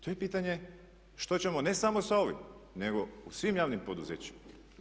To je pitanje što ćemo ne samo sa ovim nego u svim javnim poduzećima.